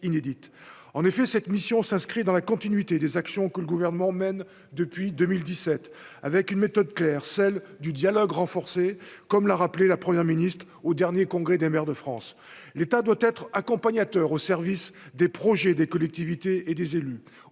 en effet, cette mission s'inscrit dans la continuité des actions que le gouvernement mène depuis 2017 avec une méthode claire celle du dialogue renforcé, comme l'a rappelé la première ministre au dernier congrès des maires de France, l'État doit être accompagnateur au service des projets des collectivités et des élus